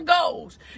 goals